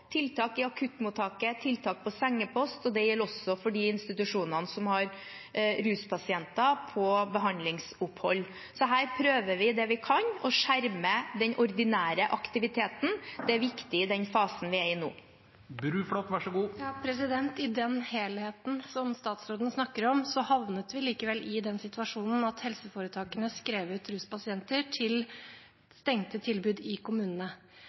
tiltak i akuttmottaket, tiltak på sengepost. Det gjelder også for de institusjonene som har ruspasienter på behandlingsopphold. Så her prøver vi alt vi kan å skjerme den ordinære aktiviteten. Det er viktig i den fasen vi er i nå. I den helheten som statsråden snakker om, havnet vi likevel i den situasjonen at helseforetakene skrev ut ruspasienter til stengte tilbud i kommunene.